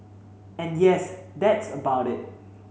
and yes that's about it